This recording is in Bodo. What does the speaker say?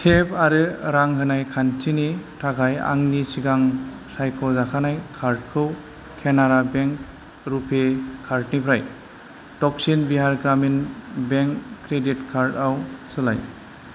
टेप आरो रां होनाय खान्थिनि थाखाय आंनि सिगां सायख' जाखानाय कार्डखौ केनारा बेंक रुपे कार्ड निफ्राय Dakshin Bihar Gramin bank credit card आव सोलाय